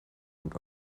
und